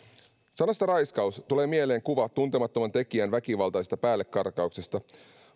sanasta raiskaus tulee mieleen kuva tuntemattoman tekijän väkivaltaisesta päällekarkauksesta